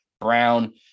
brown